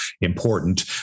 important